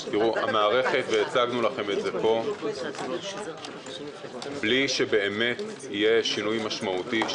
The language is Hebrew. המערכת והצגנו לכם את זה פה בלי שבאמת יהיה שינוי משמעותי,